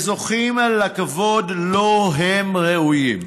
וזוכים לכבוד שלו הם ראויים,